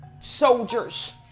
soldiers